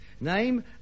Name